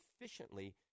efficiently